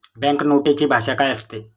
Bank नोटेची भाषा काय असते?